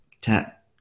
tap